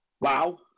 wow